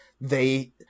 they-